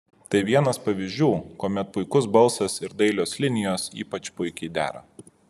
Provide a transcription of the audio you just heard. tai vienas pavyzdžių kuomet puikus balsas ir dailios linijos ypač puikiai dera